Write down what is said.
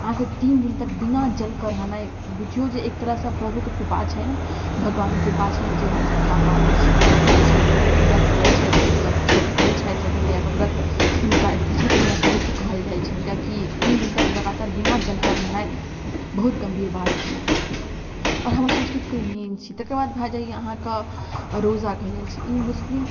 अहाँके तीन दिन तक बिना जलके रहनाइ बुझिऔ जे एक तरहसँ प्रभुके कृपा छनि भगवानके कृपा छनि जे हमसब कऽ पाबै छी आओर जे ओ व्रत करै छथि छठि करै छथि छठि मइआके व्रत हुनका छठि मइआके रूप कहल जाइ छनि कियाकि तीन दिन तक लगातार बिना जलके रहनाइ बहुत गम्भीर बात छिए आओर हमर संस्कृतिके ई मेन छी तकर बाद भऽ जाइए अहाँके रोजा कहल जाइ छै ई मुसलिम